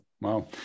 wow